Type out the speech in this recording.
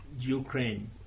Ukraine